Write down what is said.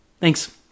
Thanks